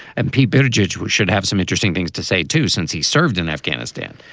and p. bridget, we should have some interesting things to say, too, since he served in afghanistan.